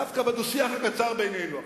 דווקא בדו-שיח הקצר בינינו עכשיו,